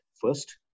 first